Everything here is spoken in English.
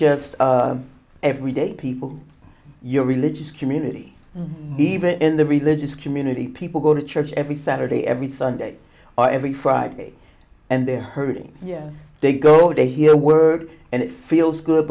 just everyday people your religious community even the religious community people go to church every saturday every sunday or every friday and they're hurting yes they go to hear word and it feels good